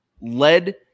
led